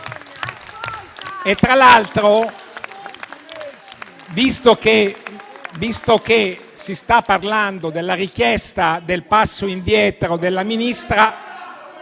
Tra l'altro, visto che si sta parlando della richiesta del passo indietro della Ministra...